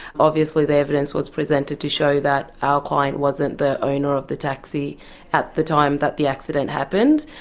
obviously the evidence was presented to show that our client wasn't the owner of the taxi at the time that the accident happened,